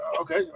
okay